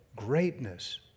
greatness